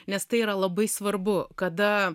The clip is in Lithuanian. nes tai yra labai svarbu kada